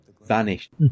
vanished